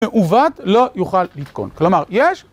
מעוות לא יוכל לתקון. כלומר, יש.